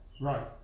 Right